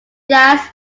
jazz